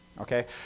okay